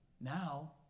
Now